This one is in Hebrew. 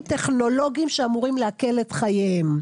טכנולוגיים שאמורים להקל את חייהם.